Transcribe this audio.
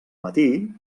matí